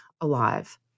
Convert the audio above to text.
alive